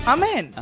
Amen